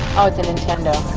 oh, it's a nintendo.